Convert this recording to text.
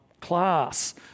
class